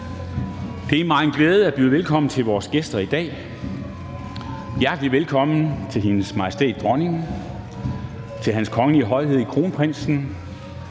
Det er mig en glæde at byde velkommen til vores gæster her i dag. Hjertelig velkommen til Hendes Majestæt Dronningen, til Hans Kongelige Højhed Kronprinsen,